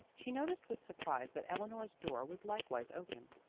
she noticed with surprise that eleanor's door was likewise open.